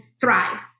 thrive